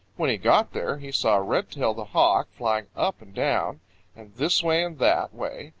when he got there he saw redtail the hawk flying up and down and this way and that way,